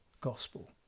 gospel